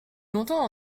longtemps